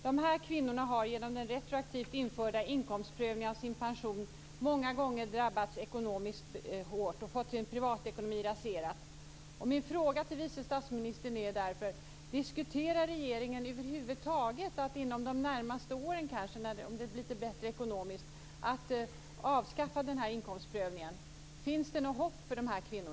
Dessa kvinnor har genom den retroaktivt införda inkomstprövningen av sin pension många gånger drabbats ekonomiskt hårt och fått sin privatekonomi raserad. Min fråga till vice statsministern är därför: Diskuterar regeringen över huvud taget att under de närmaste åren, om det blir lite bättre ekonomiskt, att avskaffa inkomstprövningen? Finns det något hopp för dessa kvinnor?